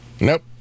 Nope